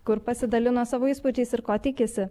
kur pasidalino savo įspūdžiais ir ko tikisi